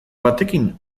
batekin